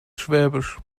schwäbisch